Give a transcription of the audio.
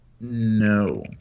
No